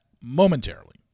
momentarily